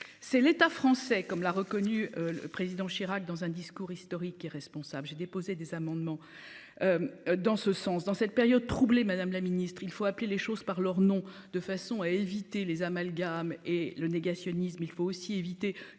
C'est l'État français comme l'a reconnu, le président Chirac dans un discours historique irresponsable, j'ai déposé des amendements. Dans ce sens dans cette période troublée. Madame la ministre, il faut appeler les choses par leur nom de façon à éviter les amalgames et le négationnisme. Il faut aussi éviter